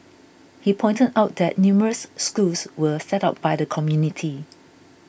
he pointed out that numerous schools were set up by the community